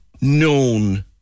known